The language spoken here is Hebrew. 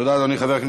תודה, אדוני.